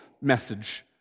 message